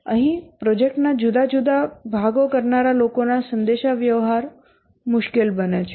તેથી અહીં પ્રોજેક્ટના જુદા જુદા ભાગો કરનારા લોકોના સંદેશાવ્યવહાર મુશ્કેલ બને છે